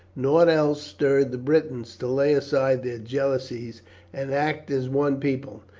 nought else stirred the britons to lay aside their jealousies and act as one people.